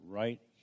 right